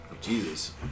Jesus